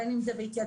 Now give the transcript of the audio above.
בין אם זה בהתייצבות,